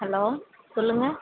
hello சொல்லுங்க